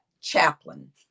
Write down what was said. chaplain